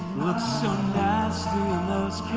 looks so nasty in those